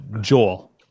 Joel